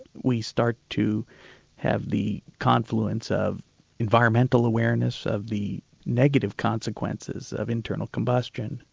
we start to have the confluence of environmental awareness, of the negative consequences of internal combustion.